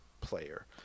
player